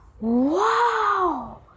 Wow